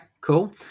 cool